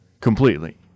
completely